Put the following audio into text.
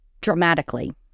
Dramatically